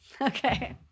Okay